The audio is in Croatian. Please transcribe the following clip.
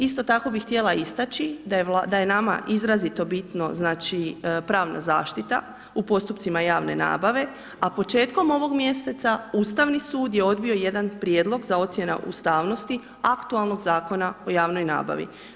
Isto tako bih htjela istaći, da je nama izrazito bitno, znači pravna zaštita u postupcima javne nabave, a početkom ovog mjeseca Ustavi sud je odbio jedan prijedlog za ocjena ustavnosti aktualnog Zakona o javnoj nabavi.